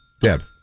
Deb